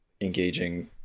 engaging